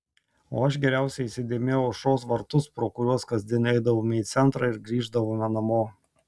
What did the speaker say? o aš geriausiai įsidėmėjau aušros vartus pro kuriuos kasdien eidavome į centrą ir grįždavome namo